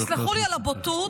תסלחו לי על הבוטות.